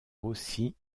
rossi